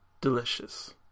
delicious